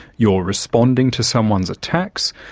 you're responding to someone's attacks,